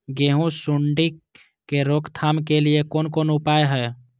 गेहूँ सुंडी के रोकथाम के लिये कोन कोन उपाय हय?